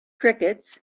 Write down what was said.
crickets